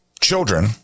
children